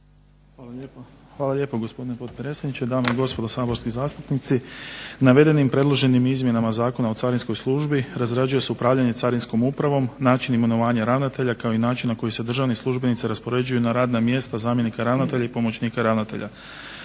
Hvala lijepo gospodine potpredsjedniče, dame i gospodo saborski zastupnici. Navedenim predloženim izmjenama Zakona o carinskoj službi razrađuje se upravljanje Carinskom upravom, načinom imenovanja ravnatelja kao i način na koji se državni službenici raspoređuju na radna mjesta zamjenika ravnatelja i pomoćnika ravnatelja.